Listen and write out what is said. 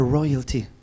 royalty